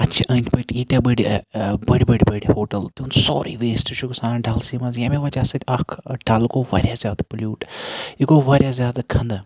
اَتہِ چھِ أنٛدۍ پٔکۍ ییٖتیاہ بٔڑۍ بٔڑۍ بٔڑۍ بٔڑۍ ہوٹَل تِہُنٛد سورُے ویسٹ چھُ گَژھان ڈَلسٕے مَنٛز ییٚمہِ وَجہ سۭتۍ اکھ ڈَل گوٚو واریاہ زیادٕ پولیوٗٹ یہِ گوٚو واریاہ زیادٕ گَنٛدٕ